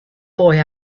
boy